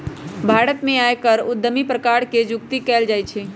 भारत में आयकर उद्धमुखी प्रकार से जुकती कयल जाइ छइ